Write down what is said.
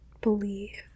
believe